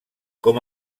com